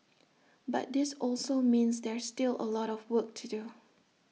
but this also means there's still A lot of work to do